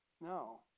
no